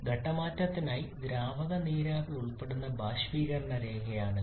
ഘട്ടം മാറ്റത്തിനായി ദ്രാവക നീരാവി ഉൾപ്പെടുന്ന ബാഷ്പീകരണ രേഖയാണിത്